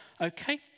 Okay